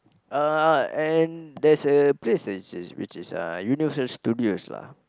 uh and there's a place which is which is uh Universal-Studios lah